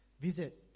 visit